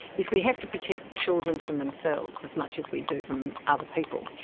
is we have to protect children from themselves as much as we do from other people.